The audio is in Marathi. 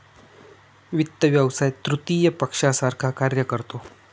वित्त व्यवसाय तृतीय पक्षासारखा कार्य करतो